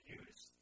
use